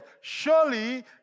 surely